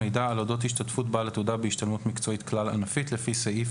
מידע על אודות השתתפות בעל התעודה בהשתלמות מקצועית כלל-ענפית לפי סעיף